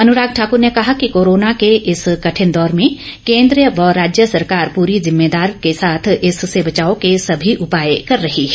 अनुराग ठाकर ने कहा कि कोरोना इस कठिन दौर में केंद्र व राज्य सरकार पूरी जिम्मेदारी के साथ इससे बचाव के सभी उपाय कर रही है